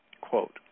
quote